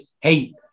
Hey